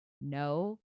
No